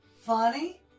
funny